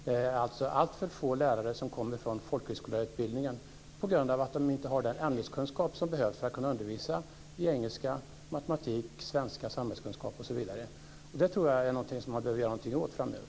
Det är alltså alltför få lärare som kommer från folkhögskolelärarutbildningen på grund av att de inte har den ämneskunskap som behövs för att kunna undervisa i engelska, matematik, svenska, samhällskunskap osv. Det tror jag är någonting som man behöver göra någonting åt framöver.